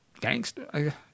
gangster